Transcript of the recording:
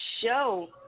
show